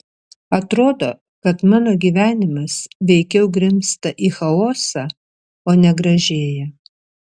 atrodo kad mano gyvenimas veikiau grimzta į chaosą o ne gražėja